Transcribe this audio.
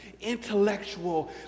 intellectual